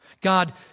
God